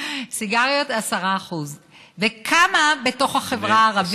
סיגריות, 10%. וכמה בתוך החברה הערבית?